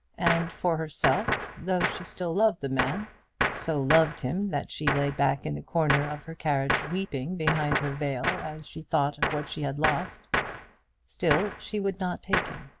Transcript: and for herself, though she still loved the man so loved him that she lay back in the corner of her carriage weeping behind her veil as she thought of what she had lost still she would not take him,